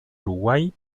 uruguay